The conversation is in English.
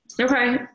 Okay